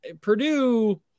Purdue